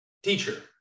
Teacher